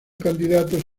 candidatos